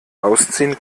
ausziehen